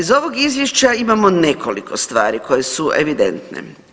Iz ovog izvješća imamo nekoliko stvari koje su evidentne.